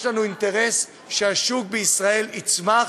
יש לנו אינטרס שהשוק בישראל יצמח,